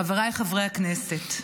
חבריי חברי הכנסת,